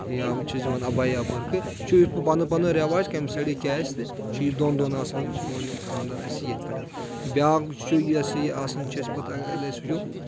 یا چھِ أسۍ دِوان اَبایا یا بٔرقہٕ یہِ چھُ اَسہِ پَنُن پَنُن رؠواج کَمہِ سایڈٕ کیاہ آسہِ چھُ یہِ دۄن دۄن آسان یِم سون یہِ خانٛدر اَسہِ ییٚتہِ پؠٹھ بیاکھ چھُ یُس یہِ آسان چھُ أسۍ پَتہٕ اگر أسۍ وٕچھو